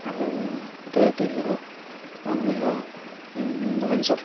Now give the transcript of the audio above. ଆଉ ଗୋଟେ କ'ଣ କହିଲ ଭୁବନେଶ୍ୱର